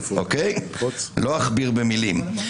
לא אכביר במילים.